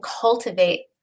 cultivate